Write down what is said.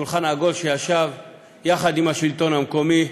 שולחן עגול שישב יחד עם השלטון המקומי,